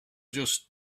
just